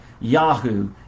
Yahoo